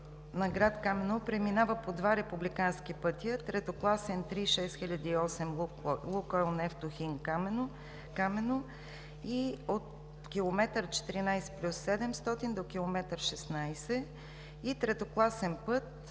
на град Камено преминава по два републикански пътя – третокласен III-6008 Лукойл – Нефтохим – Камено и от км 14+700 до км 16 и третокласен път